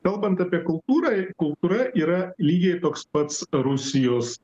kalbant apie kultūrą kultūra yra lygiai toks pats rusijos